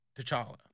T'Challa